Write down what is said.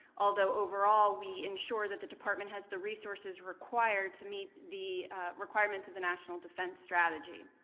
although overall, we ensure that the department has the resources required to meet the requirements of the national defense strategy.